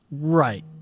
Right